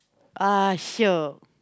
ah shiok